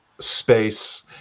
space